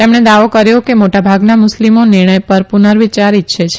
તેમણે એવો દાવો કર્યો કે મોટાભાગના મુસ્લિમો નિર્ણય પર પુનર્વિયાર ઇચ્છે છે